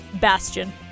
Bastion